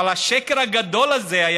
אבל השקר הגדול הזה,